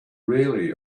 really